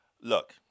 Look